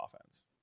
offense